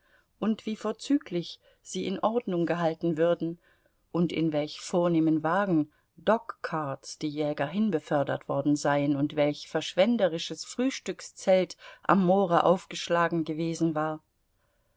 und wie vorzüglich sie in ordnung gehalten würden und in welch vornehmen wagen dogcarts die jäger hinbefördert worden seien und welch verschwenderisches frühstückszelt am moore aufgeschlagen gewesen war